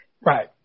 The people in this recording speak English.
Right